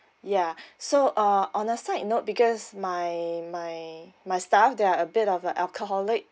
yeah so uh on a side note because my my my staff they're a bit of a alcoholic